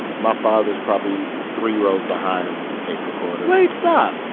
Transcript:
my father's probably three rows behind him with a tape recorder wait. stop.